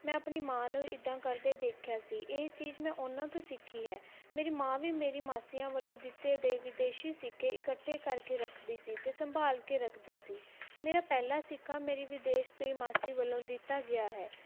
ਮੈਂ ਆਪਣੀ ਮਾਂ ਨੂੰ ਇੱਦਾਂ ਕਰਦੇ ਦੇਖਿਆ ਸੀ ਇਹ ਚੀਜ਼ ਮੈਂ ਉਹਨਾਂ ਤੋਂ ਸਿੱਖੀ ਹੈ ਮੇਰੀ ਮਾਂ ਵੀ ਮੇਰੀ ਮਾਸੀਆਂ ਵੱਲੋਂ ਦਿੱਤੇ ਗਏ ਵਿਦੇਸ਼ੀ ਸਿੱਕੇ ਇਕੱਠੇ ਕਰਕੇ ਰੱਖਦੀ ਸੀ ਅਤੇ ਸੰਭਾਲ ਕੇ ਰੱਖਦੀ ਸੀ ਮੇਰਾ ਪਹਿਲਾ ਸਿੱਕਾ ਮੇਰੀ ਵਿਦੇਸ਼ ਗਈ ਮਾਸੀ ਵੱਲੋਂ ਦਿੱਤਾ ਗਿਆ ਹੈ